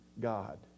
God